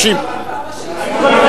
אדוני היושב-ראש,